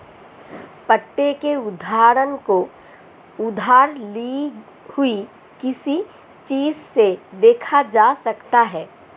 पट्टे के उदाहरण को उधार ली हुई किसी चीज़ से देखा जा सकता है